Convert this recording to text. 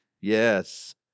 Yes